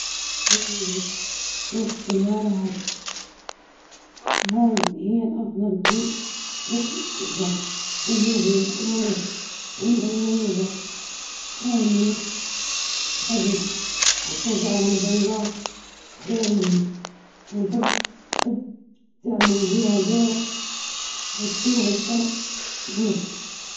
هذه السيارة ممتازة، اقتصادية في البنزين، وبها ميزات أمان حديثة مصممة للراحة في السفر البعيد، تقدر تجربها بنفسك وتشوف الأداء الممتاز، ولو مهتم، ممكن نناقش طرق الدفع المريحة.